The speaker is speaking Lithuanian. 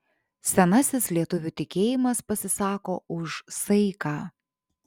senasis lietuvių tikėjimas pasisako už saiką